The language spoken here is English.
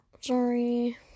sorry